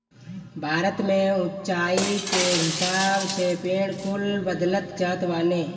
भारत में उच्चाई के हिसाब से पेड़ कुल बदलत जात बाने